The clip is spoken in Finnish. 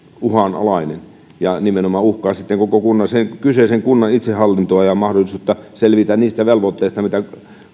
uhanalainen ja nimenomaan uhkaa sitten koko sen kyseisen kunnan itsehallintoa ja mahdollisuutta selvitä niistä velvoitteista mitä